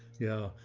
yeah,